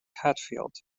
hatfield